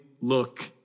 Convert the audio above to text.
look